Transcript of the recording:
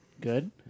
good